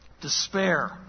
Despair